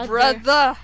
Brother